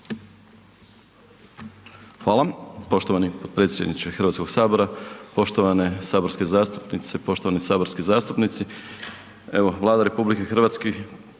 Hvala,